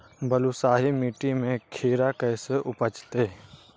बालुसाहि मट्टी में खिरा कैसे उपजतै?